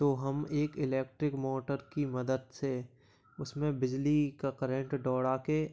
तो हम एक इलेक्ट्रिक मोटर की मदद से उसमें बिजली का करेंट दौड़ा के